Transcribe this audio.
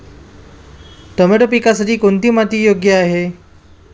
Tomato पिकासाठी कोणती माती योग्य आहे?